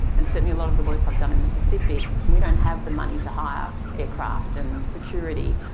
and certainly a lot of the work i've done in the pacific, we don't have the money to hire aircraft and security,